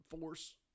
force